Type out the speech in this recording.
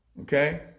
Okay